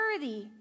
worthy